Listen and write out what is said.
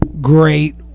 great